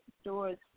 stores